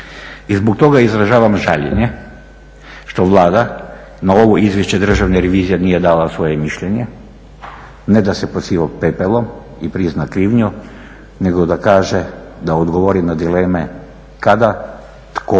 I zbog toga izražavam žaljenje što Vlada na ovo izvješće Državne revizije nije dala svoje mišljenje ne da se posipa pepelom i prizna krivnju nego da kaže, da odgovori na dileme kada, tko,